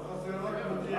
חסר רק מודיעין.